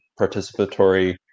participatory